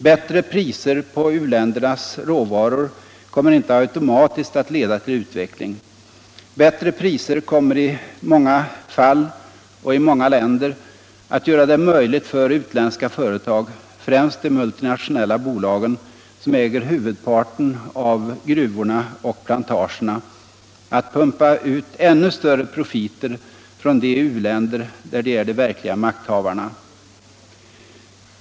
Bättre priser på uländernas råvaror kommer inte automatiskt att leda till utveckling. Bättre priser kommer i många fall och i många länder att göra det möjligt för utländska företag. främst de multinationella bolagen, som äger huvudparten av gruvorna och plantagerna, att pumpa ut ännu större profiter från de u-länder där de är de verkliga makthavarna.